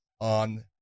on